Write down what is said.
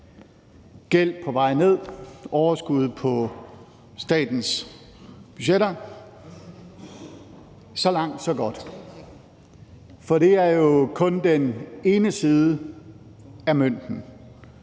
gæld på vej ned og overskud på statens budgetter – så langt, så godt. For det er jo kun den ene side af mønten.